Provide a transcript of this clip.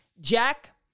Jack